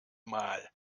mal